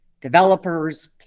developers